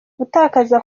gutakaza